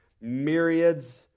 myriads